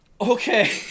Okay